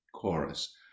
Chorus